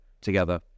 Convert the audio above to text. together